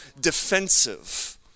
defensive